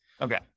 Okay